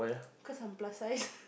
cause I'm plus sized